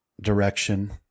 direction